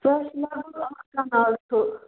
سۄ حظ چھُ مگر اَکھ کَنال سُہ